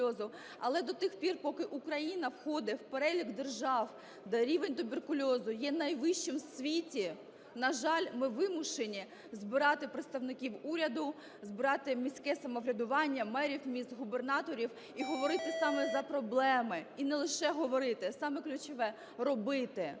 Але до тих пір, поки Україна входить в перелік держав, де рівень туберкульозу є найвищим в світі, на жаль, ми вимушені збирати представників уряду, збирати міське самоврядування, мерів міст, губернаторів і говорити саме за проблеми, і не лише говорити, а саме ключове – робити.